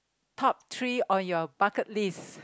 top three on your bucket list